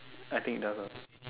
I think it does ah